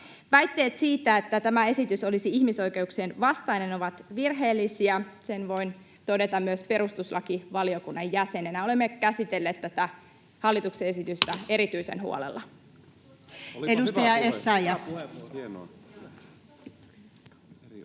Väitteet siitä, että tämä esitys olisi ihmisoikeuksien vastainen, ovat virheellisiä. Sen voin todeta myös perustuslakivaliokunnan jäsenenä. Olemme käsitelleet tätä hallituksen esitystä erityisen huolella. Edustaja Essayah. Arvoisa